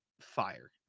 Fire